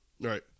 Right